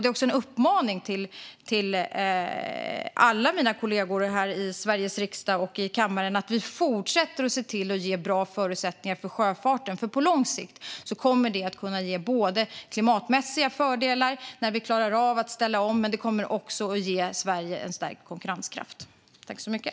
Det är också en uppmaning till alla mina kollegor här i Sveriges riksdag och i kammaren att vi ska fortsätta att ge bra förutsättningar för sjöfarten, för på lång sikt kommer det att kunna både ge klimatmässiga fördelar när vi klarar av att ställa om och ge Sverige en stärkt konkurrenskraft.